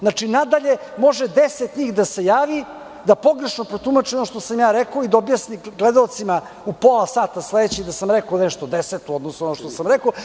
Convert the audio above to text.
Znači nadalje može deset njih da se javi, da pogrešno protumače ono što sam rekao i da objasne gledaocima u sledećih pola da sam rekao nešto deseto u odnosu na ono što sam rekao.